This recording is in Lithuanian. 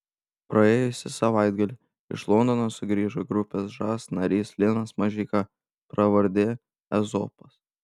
praėjusį savaitgalį iš londono sugrįžo grupės žas narys linas mažeika pravarde ezopas